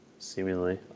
seemingly